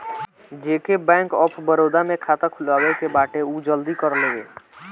जेके Bank of Baroda में खाता खुलवाए के बाटे उ जल्दी कर लेवे